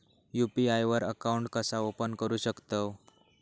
UPI वर account कसा open करू शकतव?